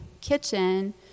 kitchen